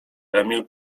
emil